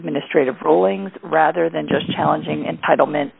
administrative rowlings rather than just challenging and title meant